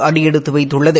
அடிபெடுத்து வைத்துள்ளது